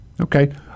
okay